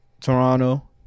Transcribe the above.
Toronto